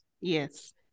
Yes